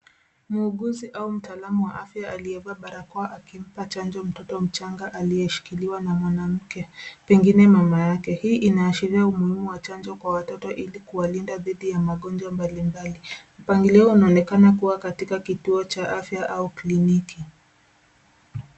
Muuguzi au mtaalamu wa afya aliyevaa barakoa akimpa chanjo mtoto mchanga aliyeshikiliwa na mwanamke, pengine mama yake . Hii inaashiria umuhimu wa chanjo kwa watoto ili kuwalinda dhidi ya magonjwa mbalimbali. Mpangilio unaonekana kuwa katika kituo cha afya au kliniki.